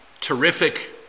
terrific